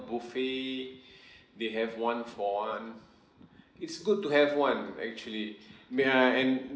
buffet they have one for one it's good to have one actually mean I and